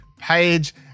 Page